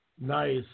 Nice